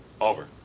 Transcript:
Over